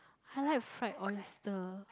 I like fried oyster